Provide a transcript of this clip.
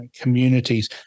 communities